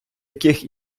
яких